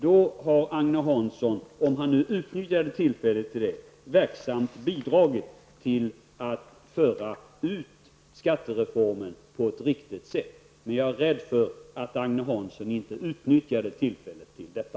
Då har Agne Hansson verksamt bidragit till att föra ut informationen om skattereformen på ett riktigt sätt. Men jag är rädd för att Agne Hansson inte utnyttjade tillfället till detta.